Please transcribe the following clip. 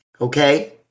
okay